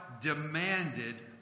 demanded